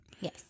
yes